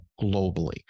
globally